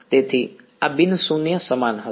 તેથી આ બિન શૂન્ય સમાન હશે